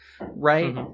right